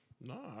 No